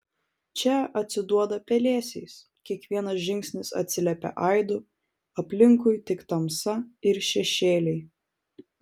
čia atsiduoda pelėsiais kiekvienas žingsnis atsiliepia aidu aplinkui tik tamsa ir šešėliai